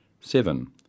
seven